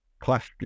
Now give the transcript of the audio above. classic